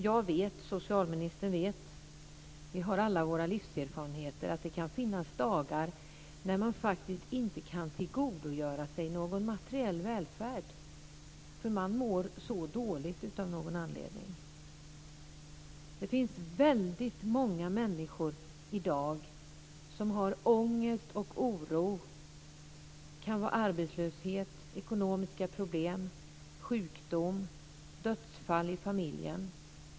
Jag vet, socialministern vet - vi har alla våra livserfarenheter - att det kan finnas dagar när man faktiskt inte kan tillgodogöra sig någon materiell välfärd därför att man av någon anledning mår dåligt. Det finns många människor i dag som har ångest och känner oro. Det kan vara arbetslöshet, ekonomiska problem, sjukdom, dödsfall i familjen.